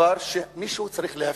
דבר שמישהו צריך להפנים.